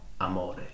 amore